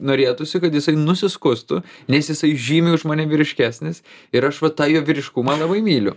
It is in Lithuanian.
norėtųsi kad jisai nusiskustų nes jisai žymiai už mane vyriškesnis ir aš va tą jo vyriškumą labai myliu